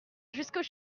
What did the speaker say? jusqu’aux